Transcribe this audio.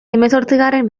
hemezortzigarren